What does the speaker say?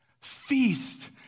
feast